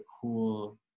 cool